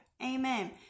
Amen